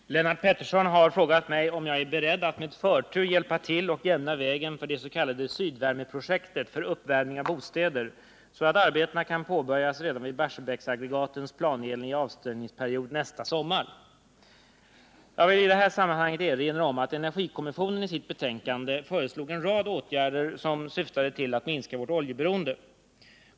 Herr talman! Lennart Pettersson har frågat mig om jag är beredd att med förtur hjälpa till och jämna vägen för det s.k. Sydvärmeprojektet för uppvärmning av bostäder, så att arbetena kan påbörjas redan vid Barsebäcksaggregatens planenliga avställningsperiod nästa sommar. Jag vill erinra om att energikommissionen i sitt betänkande , Energi, föreslog en rad åtgärder som syftade till att minska vårt oljeberoende.